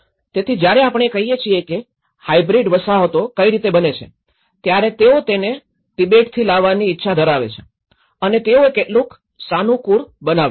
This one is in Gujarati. તેથી જ્યારે આપણે કહીએ છીએ કે હાયબ્રીડ વસાહતો કઈ રીતે બને છે ત્યારે તેઓ તેને તિબેટથી લાવવાની ઇચ્છા ધરાવે છે અને તેઓએ કેટલું સાનુકૂળ બનાવ્યું